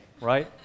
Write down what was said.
right